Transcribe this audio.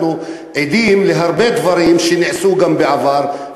אנחנו עדים להרבה דברים שנעשו גם בעבר,